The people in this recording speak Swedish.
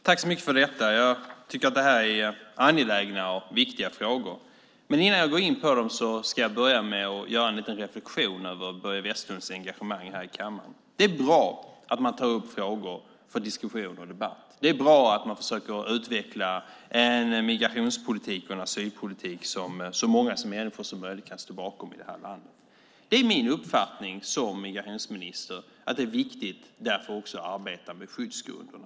Herr talman! Jag tycker att det här är angelägna och viktiga frågor. Innan jag går in på dem ska jag göra en reflexion över Börje Vestlunds engagemang här i kammaren. Det är bra att man tar upp frågor för diskussion och debatt. Det är bra att man försöker utveckla en migrationspolitik och en asylpolitik som så många människor som möjligt här i landet kan stå bakom. Det är min uppfattning som migrationsminister att det därför också är viktigt att arbeta med skyddsgrunderna.